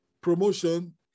promotion